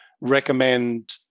recommend